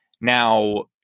now